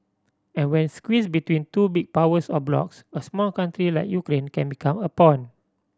and when squeezed between two big powers or blocs a smaller country like Ukraine can became a pawn